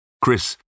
Chris